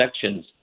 sections